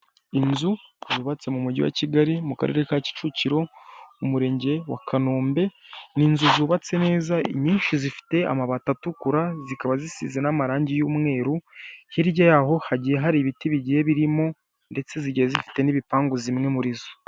Inzu yubatse mumugi wa Kigali mukarere ka kicukiro umurenge wa kanombe, Ninzu zubatse neza inyinshi zifite amabati atukura zikaba zisize namarangi y'umweru hirya yaho hagiye hari ibiti bigiye birimo ndetse zigiye zifite nibipangu zimwe murizo.